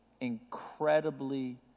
incredibly